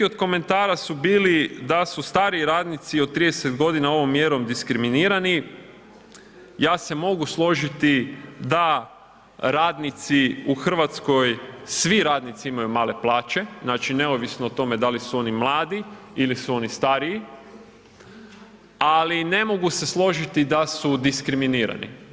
Neki od komentara su bili da su stariji radnici od 30 g. ovom mjerom diskriminirani, ja se mogu složiti da radnici u Hrvatskoj, svi radnici imaju male plaće, znači neovisno o tome da li su oni mladi ili su oni stariji, ali ne mogu se složiti da su diskriminirani.